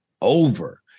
over